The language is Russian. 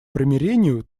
примирению